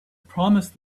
promised